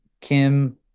kim